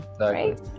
Right